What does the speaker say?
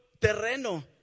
terreno